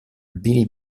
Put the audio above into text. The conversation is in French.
billy